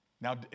Now